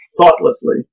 Thoughtlessly